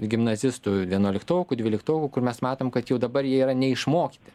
gimnazistų vienuoliktokų dvyliktokų kur mes matom kad jau dabar jie yra neišmokyti